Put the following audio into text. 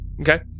Okay